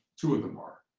two of them are.